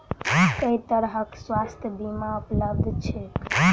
केँ तरहक स्वास्थ्य बीमा उपलब्ध छैक?